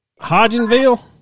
Hodgenville